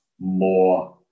more